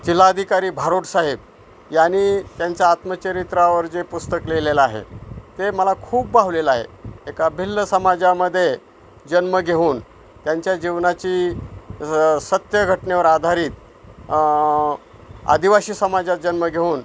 जिल्हाधिकारी भारुटसाहेब यांनी त्यांच्या आत्मचरित्रावर जे पुस्तक लिहिलेलं आहे ते मला खूप भावलेलं आहे एका भिल्ल समाजामध्ये जन्म घेऊन त्यांच्या जीवनाची सत्य घटनेवर आधारित आदिवासी समाजात जन्म घेऊन